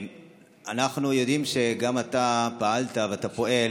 אנחנו יודעים שפעלת ואתה פועל